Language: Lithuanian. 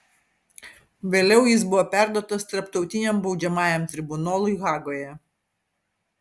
vėliau jis buvo perduotas tarptautiniam baudžiamajam tribunolui hagoje